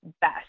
best